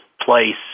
place